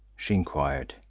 she enquired.